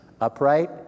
upright